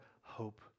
hope